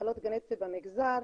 מחלות גנטיות במגזר,